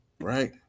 right